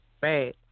bad